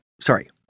sorry